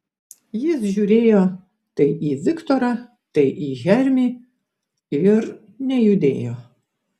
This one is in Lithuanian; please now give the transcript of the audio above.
jis žiūrėjo tai į viktorą tai į hermį ir nejudėjo